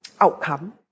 outcome